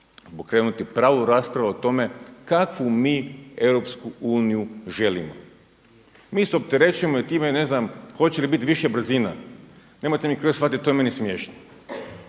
pokrenuti pravu raspravu o tome kakvu mi EU želimo. Mi se opterećujemo time i ne znam, hoće li biti više brzina. Nemojte me krivo shvatiti, to je meni smiješno.